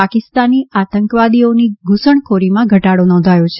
પાકિસ્તાની આતંકવાદીઓની ધ્રસણખોરીમાં ઘટાડો નોંધાયો છે